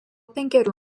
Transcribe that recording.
penkerių